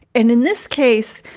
and in this case,